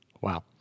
wow